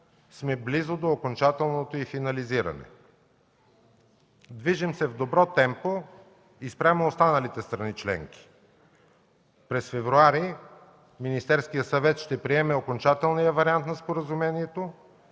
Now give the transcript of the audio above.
сме близо до окончателното й финализиране. Движим се с добро темпо и спрямо останалите страни членки. През февруари Министерският съвет ще приеме окончателния вариант на споразумението